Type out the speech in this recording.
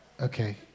Okay